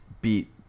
beat